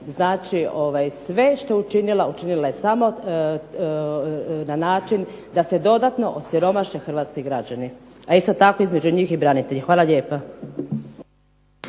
znači sve što je učinila, učinila je samo na način da se dodatno osiromaše hrvatski građani. A isto tako između njih i branitelji. Hvala lijepo.